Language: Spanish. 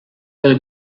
del